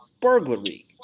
burglary